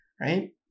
right